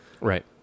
Right